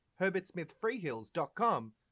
herbertsmithfreehills.com